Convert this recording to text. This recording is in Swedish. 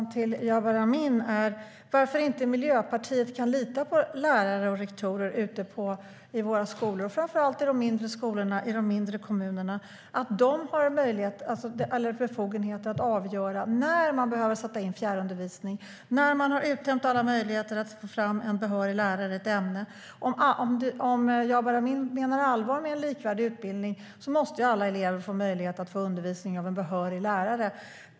Låt mig fråga Jabar Amin: Varför litar inte Miljöpartiet på att lärarna och rektorerna ute på våra skolor, framför allt på de mindre skolorna i de mindre kommunerna, har befogenhet att avgöra att det behöver sättas in fjärrundervisning när de har uttömt alla möjligheter att få fram en behörig lärare i ett ämne? Om Jabar Amin menar allvar med en likvärdig utbildning måste alla elever få möjlighet att få undervisning av en behörig lärare.